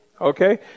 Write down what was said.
Okay